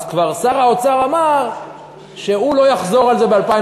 אז שר האוצר כבר אמר שהוא לא יחזור על זה ב-2015.